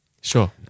Sure